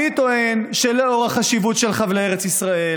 אני טוען שלאור החשיבות של חבלי ארץ ישראל